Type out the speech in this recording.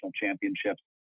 championships